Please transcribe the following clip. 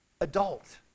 adult